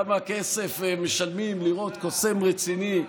כמה כסף משלמים כדי לראות קוסם רציני?